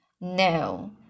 No